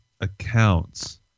accounts